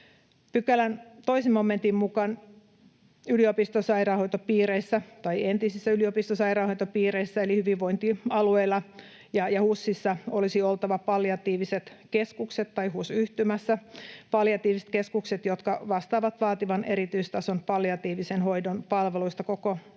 Pykälän 2 momentin mukaan yliopistosairaanhoitopiireissä tai entisissä yliopistosairaanhoitopiireissä eli hyvinvointialueilla ja HUS-yhtymässä olisi oltava palliatiiviset keskukset, jotka vastaavat vaativan erityistason palliatiivisen hoidon palveluista koko